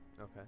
Okay